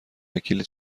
وکیل